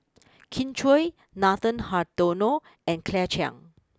Kin Chui Nathan Hartono and Claire Chiang